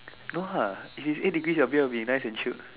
no ah if is eight degree your beer will be nice and chilled